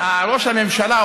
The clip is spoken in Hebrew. ראש הממשלה,